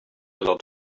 lot